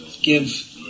give